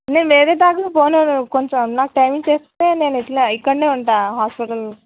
నేను వేరే దగ్గర పోలేను కొంచం నాకు టైమ్ ఇస్తే నేను ఇట్లా ఇక్కడ ఉంటాను హాస్పిటల్లో